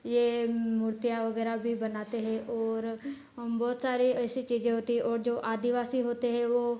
ये मूर्तियाँ वगैरह भी बनाते हैं और हम बहुत सारे ऐसे चीजें होती हैं और जो आदिवासी होते हैं वो